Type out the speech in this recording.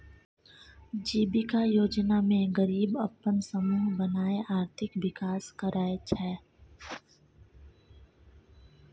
जीबिका योजना मे गरीब अपन समुह बनाए आर्थिक विकास करय छै